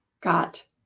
got